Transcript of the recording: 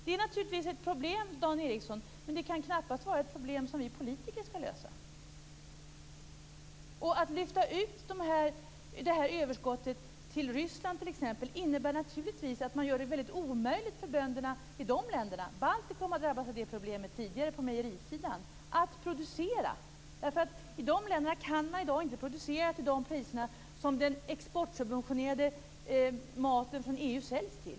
Det är naturligtvis ett problem, Dan Ericsson, men det kan knappast vara ett problem som vi politiker skall lösa. Att lyfta ut det här överskottet till Ryssland t.ex. innebär naturligtvis att man gör det omöjligt för bönderna i de länderna - Baltikum har drabbats av det problemet tidigare på mejerisidan - att producera. I de länderna kan man i dag inte producera till de priser som den exportsubventionerade maten från EU säljs till.